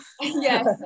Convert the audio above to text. Yes